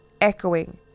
echoing